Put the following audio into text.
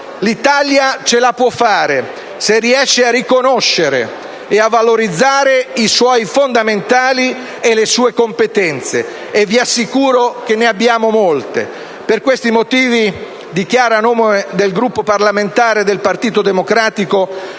L'Italia ce la può fare se riesce a riconoscere e a valorizzare i suoi fondamentali e le sue competenze, e vi assicuro che ne abbiamo molte. Per questi motivi dichiarato, a nome Gruppo parlamentare del Partito Democratico,